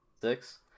Six